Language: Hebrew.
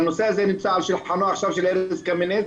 והנושא הזה נמצא עכשיו על שולחנו של ארז קמיניץ